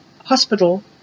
hospital